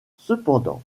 cependant